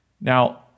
Now